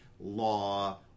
law